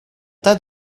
tas